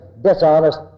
dishonest